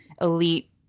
elite